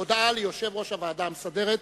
הודעה ליושב-ראש הוועדה המסדרת.